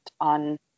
on